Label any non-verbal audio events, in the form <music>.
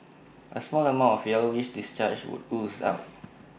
A small amount of yellowish discharge would ooze out <noise>